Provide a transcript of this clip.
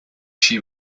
she